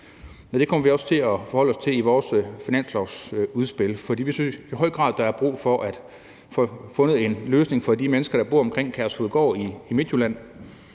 det kommer vi også til at forholde os til i vores finanslovsudspil, for vi synes i høj grad, der er brug for at få fundet en løsning for de mennesker, der bor omkring Kærshovedgård i Midtjylland.